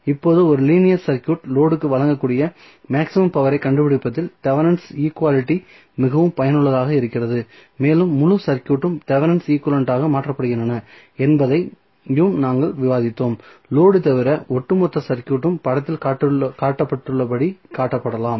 இப்போது ஒரு linear circuit load க்கு வழங்கக்கூடிய மேக்ஸிமம் பவர் ஐ கண்டுபிடிப்பதில் தெவெனின் ஈகுவாலிட்டி மிகவும் பயனுள்ளதாக இருக்கிறது மேலும் முழு சர்க்யூட்டும் தெவெனின் ஈக்வலன்ட் ஆக மாற்றப்படுகின்றன என்பதையும் நாங்கள் விவாதித்தோம் லோடு தவிர ஒட்டுமொத்த சர்க்யூட்டும் படத்தில் காட்டப்பட்டுள்ளபடி காட்டப்படலாம்